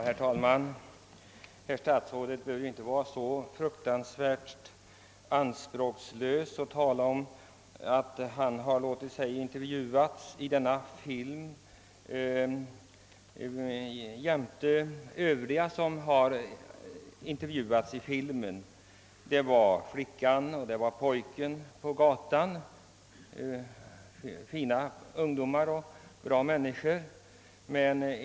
Herr talman! Herr statsrådet behöver väl inte vara så fruktansvärt anspråkslös att han talar om att han låtit sig intervjuas i filmen precis som andra personer låtit sig intervjuas i den. Där var bl.a. flickan och pojken på gatan, fina ungdomar och bra människor, som intervjuades.